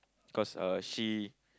cause uh she